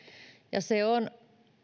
ja se on